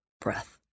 breath